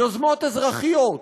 יוזמות אזרחיות,